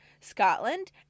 Scotland